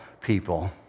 people